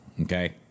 Okay